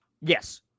Yes